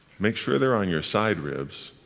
make sure they're on your side ribs.